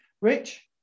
Rich